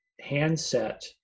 handset